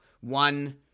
one